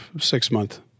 six-month